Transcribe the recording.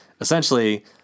essentially